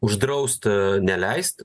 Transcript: uždraust neleist